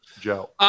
Joe